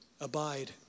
abide